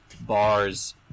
bars